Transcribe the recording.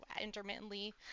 intermittently